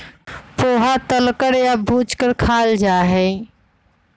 पोहा तल कर या भूज कर खाल जा हई